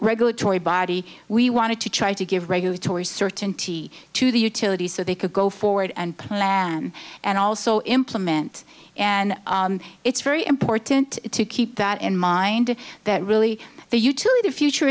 regulatory body we wanted to try to give regulatory certainty to the utilities so they could go forward and plan and also implement and it's very important to keep that in mind and that really the utility the future